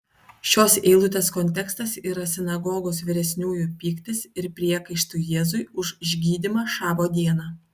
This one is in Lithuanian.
šios eilutės kontekstas yra sinagogos vyresniųjų pyktis ir priekaištai jėzui už išgydymą šabo dieną